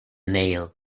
nail